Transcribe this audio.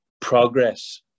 progress